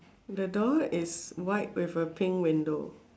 the door is white with a pink window